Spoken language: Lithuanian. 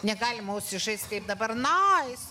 negalima užsižaist kaip dabar nais